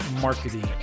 marketing